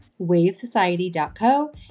wavesociety.co